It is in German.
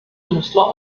künstler